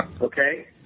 okay